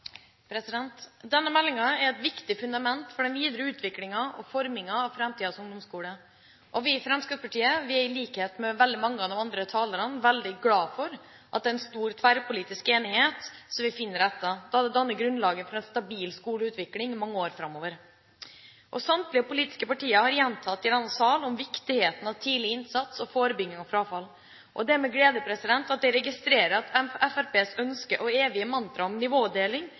et viktig fundament for den videre utviklingen og formingen av framtidens ungdomsskole. Vi i Fremskrittspartiet er, i likhet med veldig mange av de andre talerne, veldig glade for den store tverrpolitiske enigheten om dette, da dette danner grunnlaget for en stabil skoleutvikling mange år framover. Samtlige politiske partier har gjentatt i denne sal viktigheten av tidlig innsats og forebygging av frafall. Det er med glede jeg registrerer at Fremskrittpartiets ønske og evige mantra om nivådeling